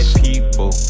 people